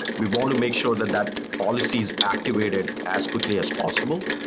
we want to make sure that that policy is activated as quickly as possible,